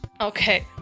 okay